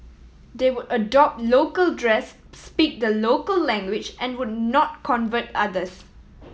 they would adopt local dress speak the local language and would not convert others